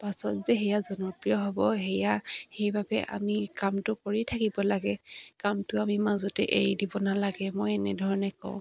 পাছত যে সেয়া জনপ্ৰিয় হ'ব সেয়া সেইবাবে আমি কামটো কৰি থাকিব লাগে কামটো আমি মাজতে এৰি দিব নালাগে মই এনেধৰণে কওঁ